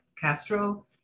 Castro